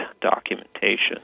documentation